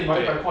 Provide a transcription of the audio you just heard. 对